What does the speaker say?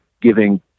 giving